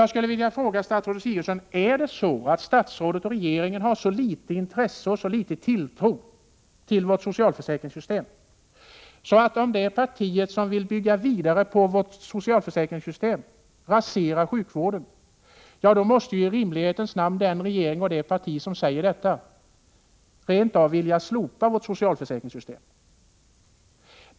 Jag vill fråga statsrådet Sigurdsen: Är det så att statsrådet och regeringen har så litet intresse av och så liten tilltro till vårt socialförsäkringssystem att de menar att det parti som vill bygga vidare på detta system raserar sjukvården? Då måste ju i rimlighetens namn den regering och det parti som säger detta rent av vilja slopa vårt socialförsäkringssystem.